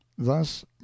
thus